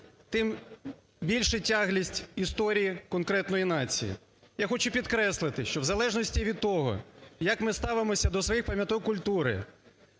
тим більша тяглість історії конкретної нації. Я хочу підкреслити, що в залежності від того, як ми ставимося до своїх пам'яток культури,